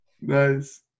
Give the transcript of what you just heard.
nice